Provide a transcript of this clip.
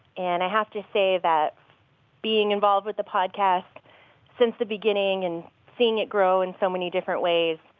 and i have to say that being involved with the podcast since the beginning and seeing it grow in so many different ways.